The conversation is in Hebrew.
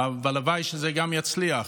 והלוואי שזה גם יצליח,